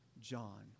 John